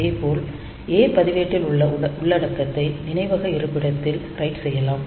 அதேப்போல் A பதிவேட்டில் உள்ள உள்ளடக்கத்தை நினைவக இருப்பிடத்தில் ரைட் செய்யலாம்